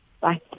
Bye